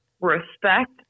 respect